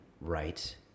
right